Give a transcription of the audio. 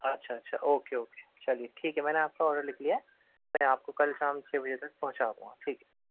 اچھا اچھا okay okay چلیے ٹھیک ہے میں نے آپ کا آرڈر لِکھ لیا ہے میں آپ کو کل شام چھ بجے تک پہنچا دوں گا ٹھیک ہے